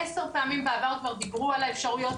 עשר פעמים בעבר כבר דיברו על האפשרויות